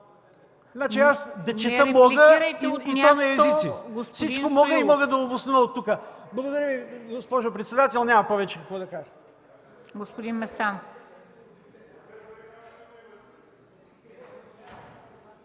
Не репликирайте от място господин